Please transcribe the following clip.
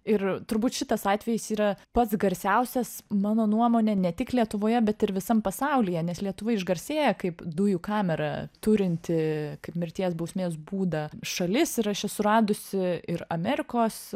ir turbūt šitas atvejis yra pats garsiausias mano nuomone ne tik lietuvoje bet ir visam pasaulyje nes lietuva išgarsėjo kaip dujų kamerą turinti kaip mirties bausmės būdą šalis ir aš esu radusi ir amerikos